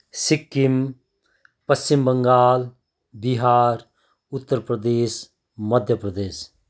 Sikkim Paschim Bengal Bihar Uttar Pradesh Madhya Pradesh